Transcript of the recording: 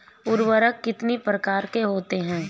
उर्वरक कितनी प्रकार के होते हैं?